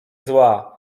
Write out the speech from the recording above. zła